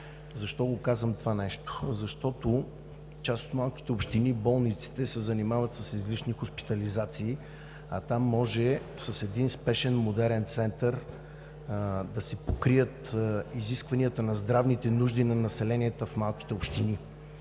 Защо го казвам това нещо? Защото в част от малките общини болниците се занимават с излишни хоспитализации, а там може с един спешен, модерен център да си покрият изискванията на здравните нужди на населението в малките общини